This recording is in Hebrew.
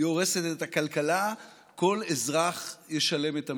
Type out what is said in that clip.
היא הורסת את הכלכלה, וכל אזרח ישלם את המחיר.